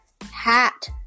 hat